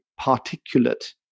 particulate